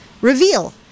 Reveal